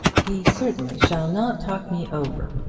he certainly shall not talk me over,